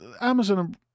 Amazon